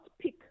pick